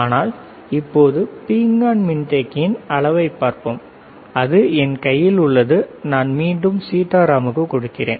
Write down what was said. ஆனால் இப்போது பீங்கான் மின்தேக்கியின் அளவை பார்ப்போம் அது என் கையில் உள்ளது நான் மீண்டும் சீதாராமுக்குக் கொடுக்கிறேன்